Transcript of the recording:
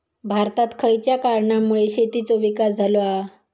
भारतात खयच्या कारणांमुळे शेतीचो विकास झालो हा?